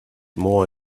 more